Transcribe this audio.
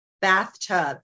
bathtub